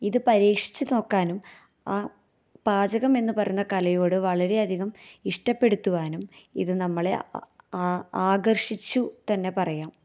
ഇത് പരീക്ഷിച്ച് നോക്കാനും ആ പാചകം എന്ന് പറയുന്ന കലയോട് വളരെയധികം ഇഷ്ടപ്പെടുത്തുവാനും ഇത് നമ്മളെ ആകര്ഷിച്ചു തന്നെ പറയാം